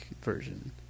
version